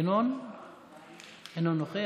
אינו נוכח.